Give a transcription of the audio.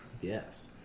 Yes